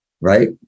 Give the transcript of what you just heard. right